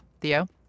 Theo